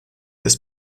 des